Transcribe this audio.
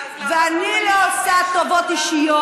ואני לא עושה טובות אישיות.